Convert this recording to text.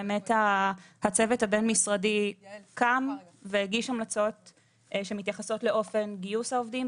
באמת הצוות הבין-משרדי קם והגיש המלצות שמתייחסות לאופן גיוס העובדים,